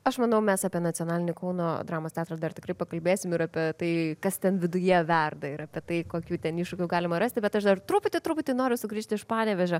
aš manau mes apie nacionalinį kauno dramos teatrą dar tikrai pakalbėsim ir apie tai kas ten viduje verda ir apie tai kokių ten iššūkių galima rasti bet aš dar truputį truputį noriu sugrįžti iš panevėžio